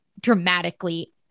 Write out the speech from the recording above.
dramatically